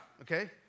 okay